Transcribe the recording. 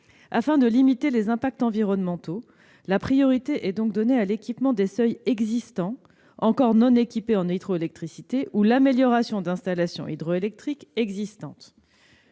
Afin de limiter les impacts environnementaux, la priorité est donc donnée à l'équipement des seuils existants encore non équipés en hydroélectricité ou à l'amélioration d'installations hydroélectriques existantes.